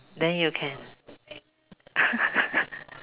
then you can ah